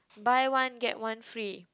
buy one get one free